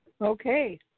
Okay